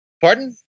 Pardon